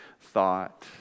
thought